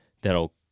that'll